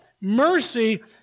mercy